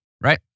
right